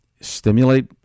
stimulate